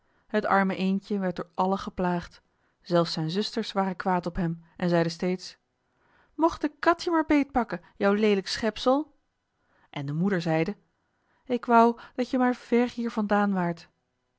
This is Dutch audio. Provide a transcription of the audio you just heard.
het arme eendje werd door allen geplaagd zelfs zijn zusters waren kwaad op hem en zeiden steeds mocht de kat je maar beetpakken jou leelijk schepsel en de moeder zeide ik wou dat je maar ver hier vandaan waart